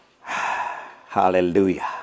Hallelujah